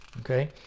Okay